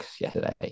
yesterday